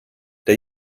der